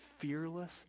fearless